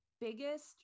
biggest